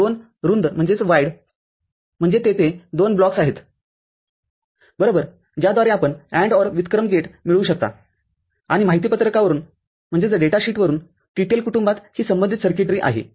२ रुंद म्हणजे तिथे असे दोन ब्लॉक्सआहेत बरोबर ज्याद्वारे आपण AND OR व्युत्क्रम गेट मिळवू शकता आणि माहिती पत्रकावरून TTL कुटुंबात ही संबंधित सर्किटरीआहे